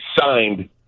signed